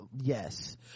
yes